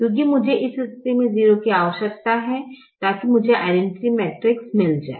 क्युकी मुझे इस स्थिति में 0 की आवश्यकता है ताकि मुझे आइडैनटिटि मैट्रिक्स मिल जाए